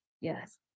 Yes